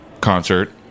concert